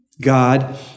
God